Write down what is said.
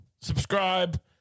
subscribe